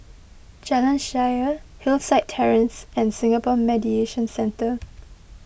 Jalan Shaer Hillside Terrace and Singapore Mediation Centre